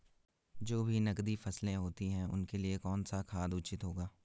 जो भी नकदी फसलें होती हैं उनके लिए कौन सा खाद उचित होगा?